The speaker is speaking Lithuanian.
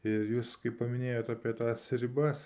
ir jus kai paminėjote apie tas ribas